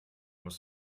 muss